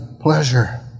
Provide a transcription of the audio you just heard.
pleasure